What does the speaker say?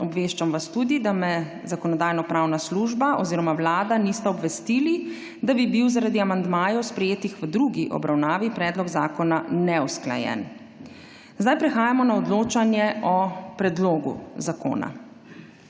Obveščam vas tudi, da me Zakonodajno-pravna služba oziroma Vlada nista obvestili, da bi bil zaradi amandmajev, sprejeti v drugi obravnavi, predlog zakona neusklajen. Zdaj prehajamo na odločanje o predlogu zakona.